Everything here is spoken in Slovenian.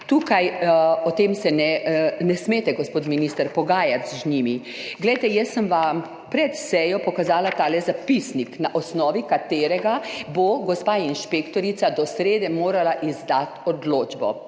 O tem se ne smete, gospod minister, pogajati z njimi. Glejte, jaz sem vam pred sejo pokazala tale zapisnik, na osnovi katerega bo gospa inšpektorica do srede morala izdati odločbo.